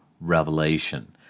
revelation